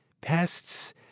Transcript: pests